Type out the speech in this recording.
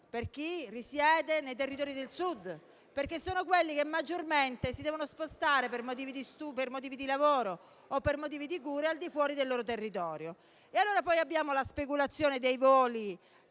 nelle isole e nei territori del Sud, che sono quelli che maggiormente si devono spostare per motivi di lavoro o per motivi di cura al di fuori del loro territorio. Allora poi abbiamo la speculazione dei voli,